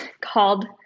called